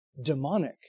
Demonic